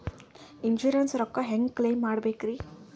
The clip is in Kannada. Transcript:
ಇನ್ಸೂರೆನ್ಸ್ ರೊಕ್ಕ ಹೆಂಗ ಕ್ಲೈಮ ಮಾಡ್ಬೇಕ್ರಿ?